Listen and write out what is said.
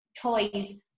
toys